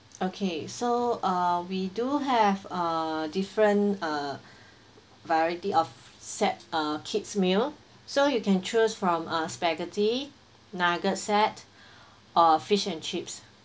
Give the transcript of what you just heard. okay so uh we do have uh different uh variety of set uh kid's meal so you can choose from uh spaghetti nugget set uh fish and chips